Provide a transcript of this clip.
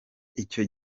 icyo